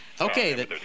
okay